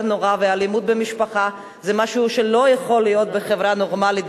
נורא ואלימות במשפחה זה משהו שלא יכול להיות בחברה נורמלית,